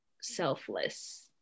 selfless